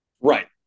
Right